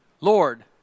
Lord